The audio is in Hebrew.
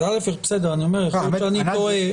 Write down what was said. זאת בדיוק השאלה שאני רוצה לשאול.